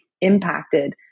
impacted